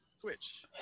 switch